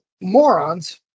morons